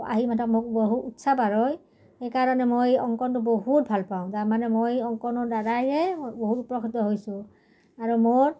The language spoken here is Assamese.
আহি মোক বহু উৎসাহ সেইকাৰণে মই অংকনটো বহুত ভাল পাওঁ তাৰমানে মই অংকনৰ দ্বাৰাইয়ে বহুত উপকৃত হৈছোঁ আৰু মোৰ